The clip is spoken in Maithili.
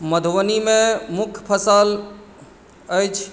मधुबनीमे मुख्य फसल अछि